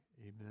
amen